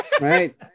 right